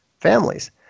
families